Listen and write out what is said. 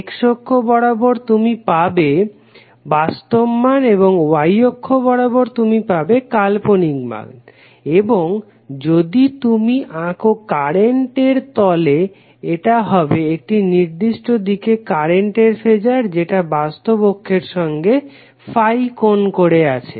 x অক্ষ বরাবর তুমি পাবে বাস্তব মান এবং Y অক্ষ বরাবর তুমি পাবে কাল্পনিক মান এবং যদি তুমি আঁকো কারেন্ট তাহলে এটা হবে একটি নির্দিষ্ট দিকে কারেন্টের ফেজার যেটা বাস্তব অক্ষের সঙ্গে ∅ কোন করে আছে